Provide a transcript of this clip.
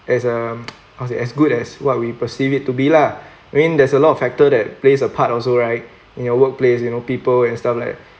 as um how's to say as good as what we perceive it to be lah I mean there's a lot of factor that plays a part also right in your workplace you know people and stuff like